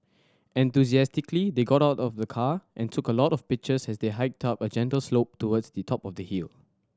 enthusiastically they got out of the car and took a lot of pictures as they hiked up a gentle slope towards the top of the hill